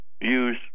use